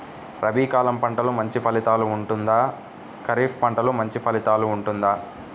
రబీ కాలం పంటలు మంచి ఫలితాలు ఉంటుందా? ఖరీఫ్ పంటలు మంచి ఫలితాలు ఉంటుందా?